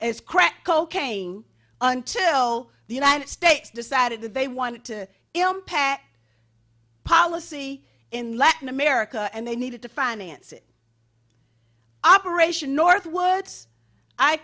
as crack cocaine until the united states decided that they wanted to impact policy in latin america and they needed to finance it operation northwoods i